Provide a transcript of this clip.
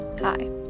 Hi